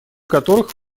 которых